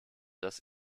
das